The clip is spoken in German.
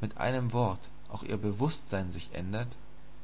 mit einem worte auch ihr bewußtsein sich ändert